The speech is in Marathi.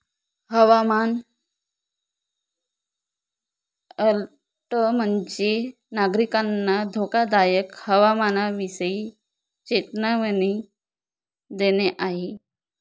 हवामान अलर्ट म्हणजे, नागरिकांना धोकादायक हवामानाविषयी चेतावणी देणे आहे